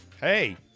Hey